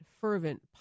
fervent